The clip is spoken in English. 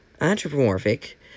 Anthropomorphic